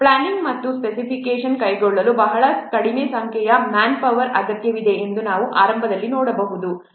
planning ಮತ್ತು specification ಕೈಗೊಳ್ಳಲು ಬಹಳ ಕಡಿಮೆ ಸಂಖ್ಯೆಯ ಮ್ಯಾನ್ ಪವರ್ ಅಗತ್ಯವಿದೆ ಎಂದು ನಾವು ಆರಂಭದಲ್ಲಿ ನೋಡಬಹುದು